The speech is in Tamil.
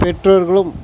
பெற்றோர்களும்